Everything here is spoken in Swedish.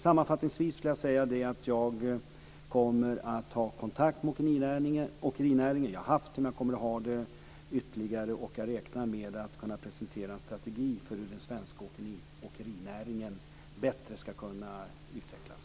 Sammanfattningsvis kan jag säga att jag har haft kontakt och kommer att ha ytterligare kontakt med åkerinäringen. Jag räknar med att kunna presentera en strategi för hur den svenska åkerinäringen bättre skall kunna utvecklas.